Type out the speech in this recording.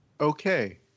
okay